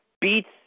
beats